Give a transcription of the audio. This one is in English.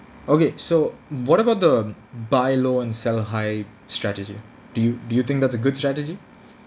okay so what about the buy low and sell high strategy do you do you think that's a good strategy